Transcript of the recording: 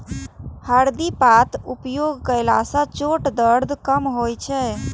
हरदि पातक उपयोग कयला सं चोटक दर्द कम होइ छै